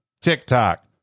TikTok